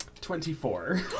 Twenty-four